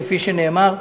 כפי שנאמר,